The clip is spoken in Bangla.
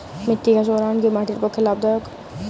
মৃত্তিকা সৌরায়ন কি মাটির পক্ষে লাভদায়ক?